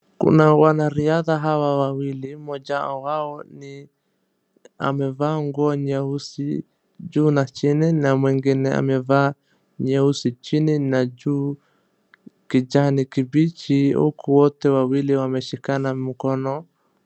Kuna wanariadha hawa wawili, mmoja wao ni amevaa nguo nyeusi juu na chini na mwengine amevaa nyeusi chini na juu kijani kimbichi huku wote wawili wameshikana mkono.